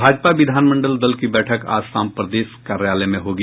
भाजपा विधानमंडल दल की बैठक आज शाम प्रदेश कार्यालय में होगी